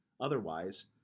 Otherwise